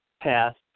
passed